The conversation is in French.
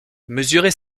mesurez